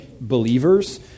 believers